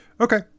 Okay